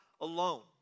alone